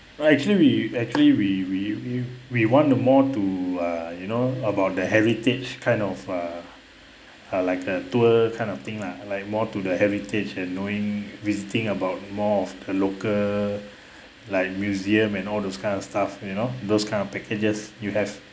actually we actually we we we we want to more to uh you know about the heritage kind of uh uh like a tour kind of thing lah like more to the heritage and knowing visiting about more of the local like museum and all those kind of stuff you know those kind of packages you have